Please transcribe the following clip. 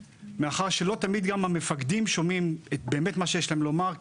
מאחר שלא תמיד גם המפקדים שומעים באמת את מה שיש להם לומר,